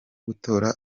gutora